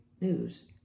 news